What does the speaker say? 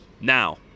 Now